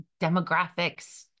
demographics